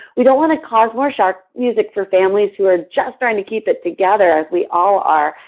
we don't want to cause more shark music for families who are just starting to keep it together, as we all are,